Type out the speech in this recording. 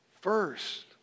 first